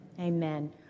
Amen